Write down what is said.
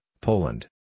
Poland